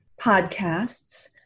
podcasts